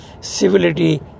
civility